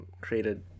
Created